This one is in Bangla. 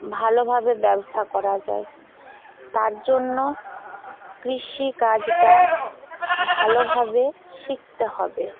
ভালোভাবে ব্যবসা করা যায় তার জন্য কৃষিকাজটা ভালোভাবে শিখতে হবে